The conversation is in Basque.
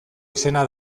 izena